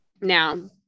Now